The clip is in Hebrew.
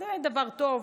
דבר טוב.